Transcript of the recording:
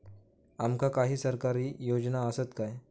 आमका काही सरकारी योजना आसत काय?